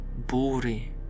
Buri